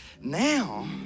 Now